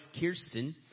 Kirsten